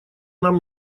нам